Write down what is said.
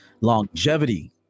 longevity